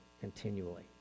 continually